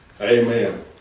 Amen